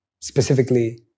specifically